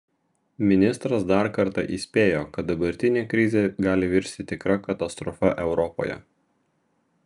ministras dar kartą įspėjo kad dabartinė krizė gali virsti tikra katastrofa europoje